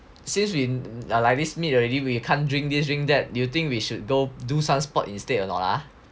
since we like this meet already we can't drink this drink that you think we should go do some sport instead or not ah